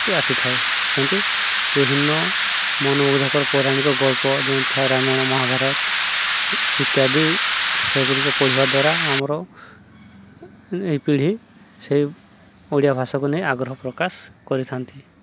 ଆଶକ୍ତି ଆସିଥାଏ ସେମିତି ବିଭିନ୍ନ ମନ ବୋଧକର ପୌରାଣିକ ଗଳ୍ପ ଯେମିତି ରାମାୟଣ ମହାଭାରତ ଇତ୍ୟାଦି ସେଗୁଡ଼ିକ ପଢ଼ିବା ଦ୍ୱାରା ଆମର ଏ ପିଢ଼ି ସେଇ ଓଡ଼ିଆ ଭାଷାକୁ ନେଇ ଆଗ୍ରହ ପ୍ରକାଶ କରିଥାନ୍ତି